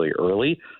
early